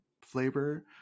flavor